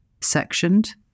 sectioned